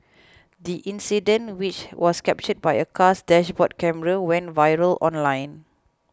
the incident which was captured by a car's dashboard camera went viral online